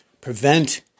prevent